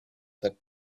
that